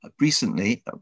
recently